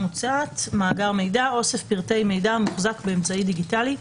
"'מאגר מידע' אוסף פרטי מידע המוחזק באמצעי דיגיטלי,